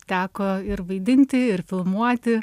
teko ir vaidinti ir filmuoti